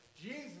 Jesus